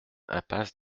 impasse